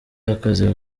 akazi